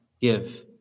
give